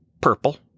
Purple